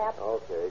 Okay